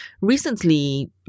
recently